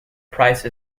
price